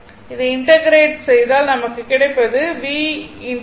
இதை இன்டெகிரெட் செய்தால் நமக்கு கிடைப்பது V I